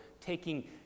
taking